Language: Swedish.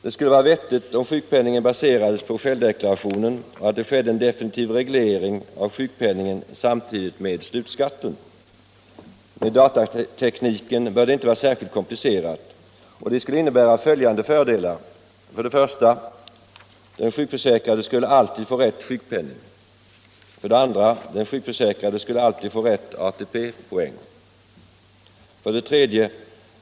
Det skulle vara vettigt att sjukpenningen baserades på självdeklarationen och att det skedde en definitiv reglering av sjukpenningen samtidigt med slutskatten. Med datatekniken bör det inte vara särskilt komplicerat. Det skulle innebära följande fördelar: 2. Den sjukförsäkrade skulle alltid få rätt ATP-poäng. 3.